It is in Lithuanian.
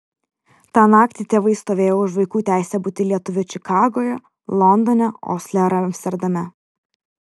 tą naktį tėvai stovėjo už vaikų teisę būti lietuviu čikagoje londone osle ar amsterdame